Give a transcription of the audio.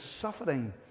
suffering